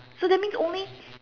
so that means only